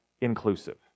inclusive